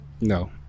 No